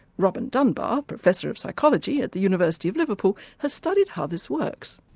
robin dunbar, professor of psychology at the university of liverpool, has studied how this works.